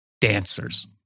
dancers